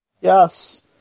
Yes